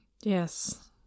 Yes